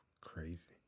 Crazy